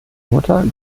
mutter